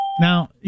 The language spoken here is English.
Now